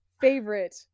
favorite